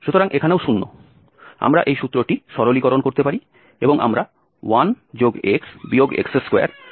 সুতরাং এখানেও 0 আমরা এই সূত্রটি সরলীকরণ করতে পারি এবং আমরা 1x x2x পাব